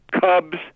Cubs